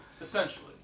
Essentially